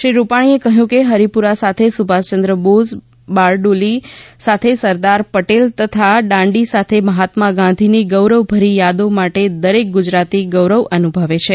શ્રી રૂપાણીએ કહ્યું કે હરિપુરા સાથે સુભાષચંદ્ર બોઝ બારડોલી સાથે સરદાર પટેલ તથા દાંડી સાથે મહાત્મા ગાંધીજીની ગૌરવભરી યાદો માટે દરેક ગુજરાતી ગૌરવ અનુભવે છે